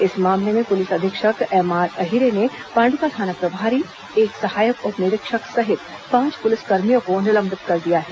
इस मामले में पुलिस अधीक्षक एमआर अहिरे ने पांडुका थाना प्रभारी एक सहायक उप निरीक्षक सहित पांच पुलिस कर्मियों को निलंबित कर दिया है